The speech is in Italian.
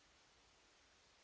Grazie